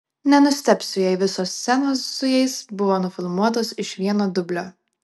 nenustebsiu jei visos scenos su jais buvo nufilmuotos iš vieno dublio